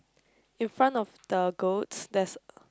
in front of the goats there's